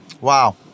Wow